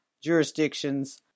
jurisdictions